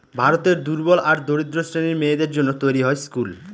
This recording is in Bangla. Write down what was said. ভারতের দুর্বল আর দরিদ্র শ্রেণীর মেয়েদের জন্য তৈরী হয় স্কুল